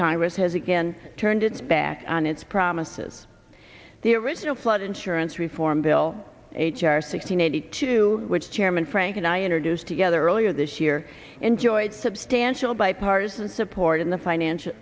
congress has again turned its back on its promises the original flood insurance reform bill h r six hundred eighty two which chairman frank and i introduced together earlier this year enjoyed substantial bipartisan support in the financial